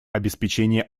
обеспечения